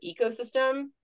ecosystem